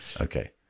Okay